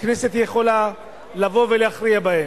יכולה לבוא ולהכריע בהם.